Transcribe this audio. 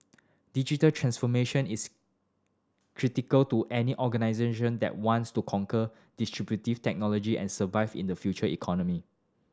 digital transformation is critical to any organisation that wants to conquer disruptive technology and survive in the future economy